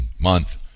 month